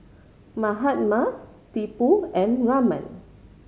Mahatma Tipu and Raman